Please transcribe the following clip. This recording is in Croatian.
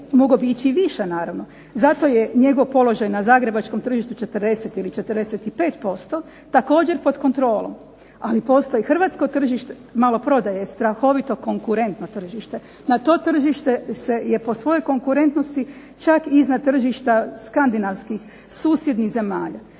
mogao bi ići i više naravno. Zato je njegov položaj na zagrebačkom tržištu 40, ili 45% također pod kontrolom, ali postoji hrvatsko tržište, maloprodaja je strahovito konkurentno tržište, na to tržište se je po svojoj konkurentnosti čak i iznad tržišta skandinavskih, susjednih zemalja.